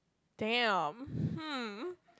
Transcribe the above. damn hmm